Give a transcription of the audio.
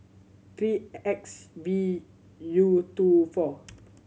three X V U two four